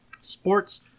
Sports